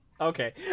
Okay